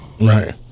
right